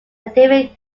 different